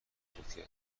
فوتی